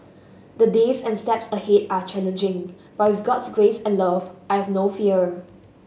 the days and steps ahead are challenging but with God's grace and love I have no fear